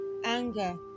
Anger